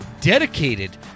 dedicated